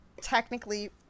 technically